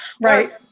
right